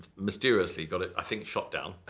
mysteriously got it, i think shot down.